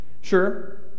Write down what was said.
Sure